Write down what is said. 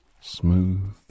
smooth